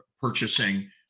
purchasing